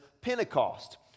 Pentecost